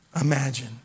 imagine